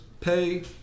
pay